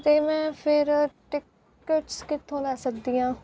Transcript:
ਅਤੇ ਮੈਂ ਫਿਰ ਟਿਕਟਸ ਕਿੱਥੋਂ ਲੈ ਸਕਦੀ ਹਾਂ